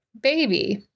Baby